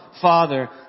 Father